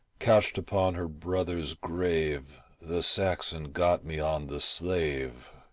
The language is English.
couched upon her brother's grave the saxon got me on the slave.